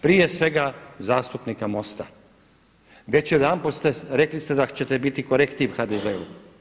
Prije svega zastupnika Mosta, već jedanput ste, rekli ste da ćete biti korektiv HDZ-u.